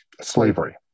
slavery